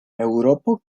eŭropo